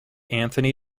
anthony